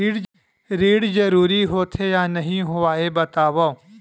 ऋण जरूरी होथे या नहीं होवाए बतावव?